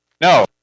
No